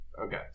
Okay